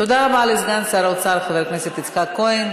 תודה רבה לסגן שר האוצר חבר הכנסת יצחק כהן.